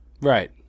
Right